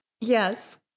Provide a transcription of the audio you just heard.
Yes